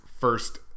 first